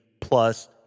plus